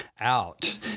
out